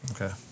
Okay